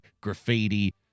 graffiti